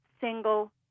single